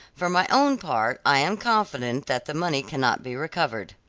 for my own part, i am confident that the money cannot be recovered.